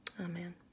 amen